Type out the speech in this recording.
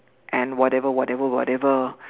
and whatever whatever whatever